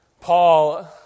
Paul